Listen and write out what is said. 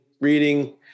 reading